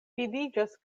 vidiĝas